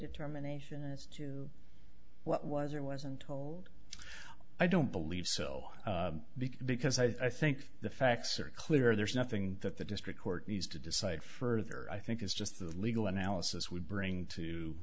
determination as to what was or wasn't told i don't believe so because because i think the facts are clear there's nothing that the district court needs to decide further i think it's just the legal analysis we bring